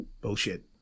bullshit